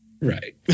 Right